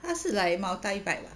他是 like multi pack ah